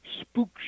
spook